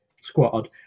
squad